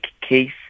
case